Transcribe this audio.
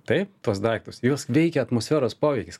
taip tuos daiktus juos veikia atmosferos poveikis